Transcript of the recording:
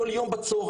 כל יום בצוהריים,